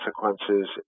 consequences